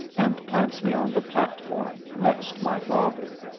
and plants me on the platform next my father.